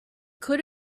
could